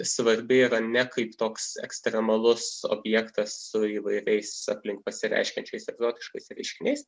svarbi yra ne kaip toks ekstremalus objektas su įvairiais aplink pasireiškiančiais egzotiškais reiškiniais